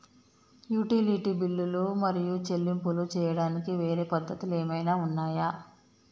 Utility బిల్లులు మరియు చెల్లింపులు చేయడానికి వేరే పద్ధతులు ఏమైనా ఉన్నాయా?